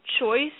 choice